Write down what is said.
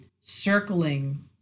circling